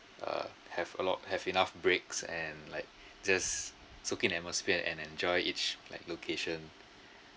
uh have a lot have enough breaks and like just took in atmosphere and enjoy each like location